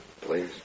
please